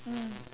mm